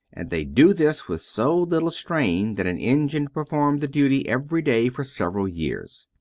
and they do this with so little strain that an engine performed the duty every day for several years.